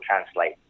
translate